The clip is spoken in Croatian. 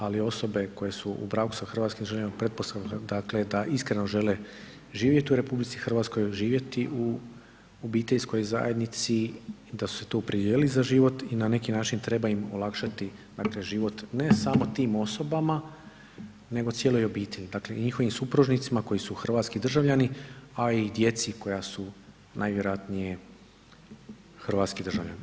Ali osobe koje su u braku sa hrvatskim državljaninom pretpostavka da iskreno žele živjeti u RH, živjeti u obiteljskoj zajednici i da su se tu opredijelili za život i na neki način treba im olakšati život ne samo tim osobama nego cijeloj obitelji i njihovim supružnicima koji su hrvatski državljani, a i djeci koja su najvjerojatnije hrvatski državljani.